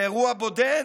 באירוע בודד,